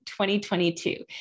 2022